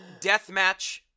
Deathmatch